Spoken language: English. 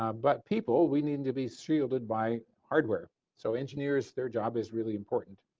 ah but people we need to be shielded by hardware so engineers their job is really important.